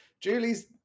Julie's